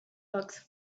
box